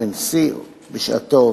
בשעתו,